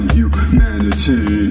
humanity